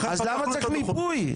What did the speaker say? אז למה צריך מיפוי?